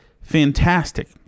fantastic